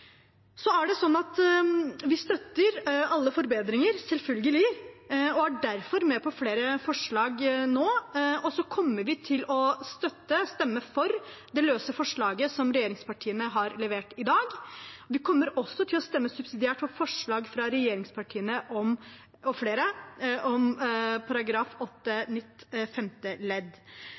Vi støtter selvfølgelig alle forbedringer og er derfor med på flere forslag nå, og vi kommer til å stemme for det løse forslaget regjeringspartiene har levert i dag. Vi kommer også til å stemme subsidiært for forslag fra regjeringspartiene og flere om § 8 nytt femte ledd.